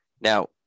Now